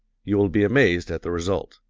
you will be amazed at the result.